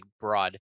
broad